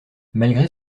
malgré